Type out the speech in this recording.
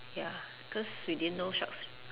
ya cause we didn't know sharks